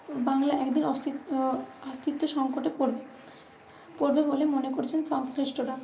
বাংলা একদিন অস্তি অস্তিত্ব সংকটে পড়বে পড়বে বলে মনে করছেন সংশ্লিষ্টরা